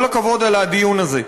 כל הכבוד על הדיון הזה,